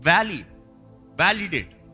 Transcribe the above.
Validate